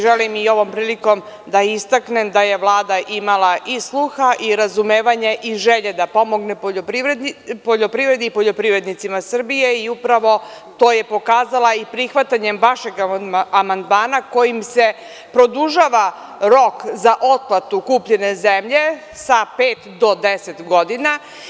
Želim i ovom prilikom da istaknem da je Vlada imala i sluha i razumevanja i želje da pomogne poljoprivredi i poljoprivrednicima Srbije i upravo to je pokazala i prihvatanjem vašeg amandmana kojim se produžava rok za otplatu kupljene zemlje sa pet do 10 godina.